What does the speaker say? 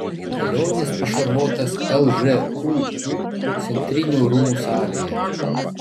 velionis pašarvotas lžūu centrinių rūmų salėje